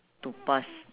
to pass